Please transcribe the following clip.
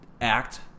act